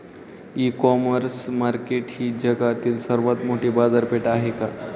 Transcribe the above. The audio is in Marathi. इ कॉमर्स मार्केट ही जगातील सर्वात मोठी बाजारपेठ आहे का?